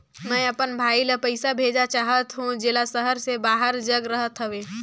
मैं अपन भाई ल पइसा भेजा चाहत हों, जेला शहर से बाहर जग रहत हवे